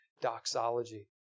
doxology